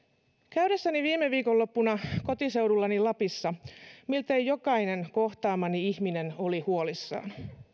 käydessäni viime viikonloppuna kotiseudullani lapissa miltei jokainen kohtaamani ihminen oli huolissaan